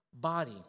body